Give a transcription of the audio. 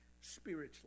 spiritually